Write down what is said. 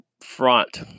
front